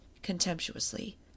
contemptuously